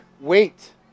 wait